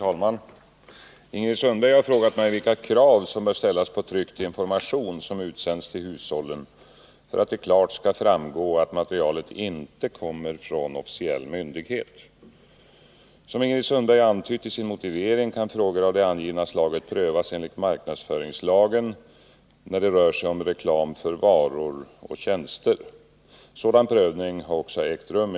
Genom konsumentombudsmannen kan brott mot marknadsföringslagen beivras. Därigenom säkras inte bara konsumentens rätt till riktig information om en vara, också producenten garanteras att hans produkt inte används på ett otillbörligt sätt i ett konkurrerande företags marknadsföring. Enligt tryckfrihetsförordningen har var och en rätt att ge ut i tryck vad han eller hon önskar.